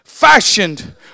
fashioned